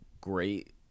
great